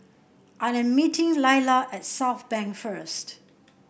I am meeting Leila at Southbank first